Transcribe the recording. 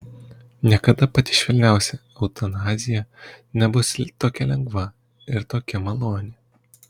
niekada pati švelniausia eutanazija nebus tokia lengva ir tokia maloni